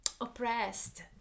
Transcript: oppressed